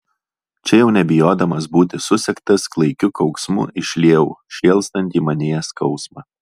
čia jau nebijodamas būti susektas klaikiu kauksmu išliejau šėlstantį manyje skausmą